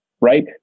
right